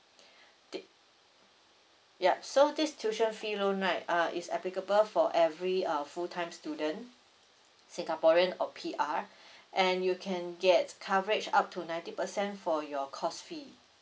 okay ya so this tuition fee loan right uh is applicable for every uh full time student singaporean or P_R and you can get coverage up to ninety percent for your course fee